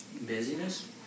Busyness